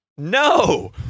No